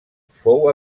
fou